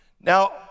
Now